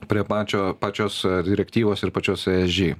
prie pačio pačios direktyvos ir pačios esg